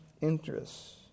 interests